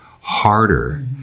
harder